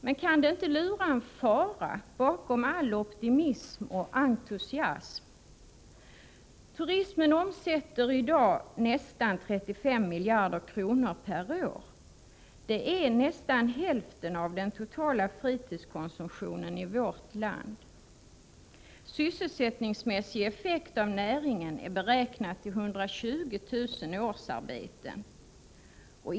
Men kan det inte lura en fara bakom all optimism och entusiasm? Turismen omsätter i dag nästan 35 miljarder kronor per år. Det är nästan hälften av den totala fritidskonsumtionen i vårt land. Den sysselsättningsmässiga effekten av näringen är beräknad till 120 000 årsarbeten.